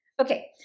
Okay